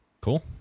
Cool